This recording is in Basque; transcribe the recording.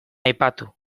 aipatu